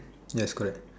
yes correct